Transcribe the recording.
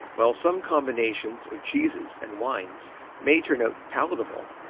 while some combinations of cheeses and wines may turn out palatable,